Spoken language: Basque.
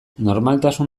normaltasun